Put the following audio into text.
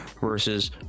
Versus